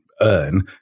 earn